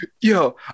yo